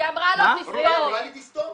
היא אמרה לי: תסתום.